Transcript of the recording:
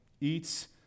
eats